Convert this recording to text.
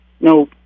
No